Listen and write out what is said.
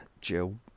Jill